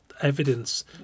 evidence